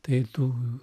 tai tų